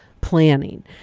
planning